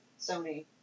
Sony